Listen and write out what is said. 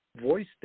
voice